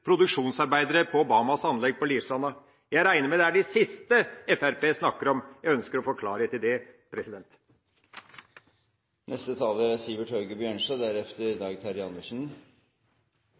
produksjonsarbeidere på Bamas anlegg på Lierstranda? Jeg regner med det er de siste Fremskrittspartiet snakker om. Jeg ønsker å få klarhet i det.